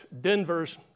Denver's